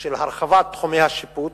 של הרחבת תחומי השיפוט,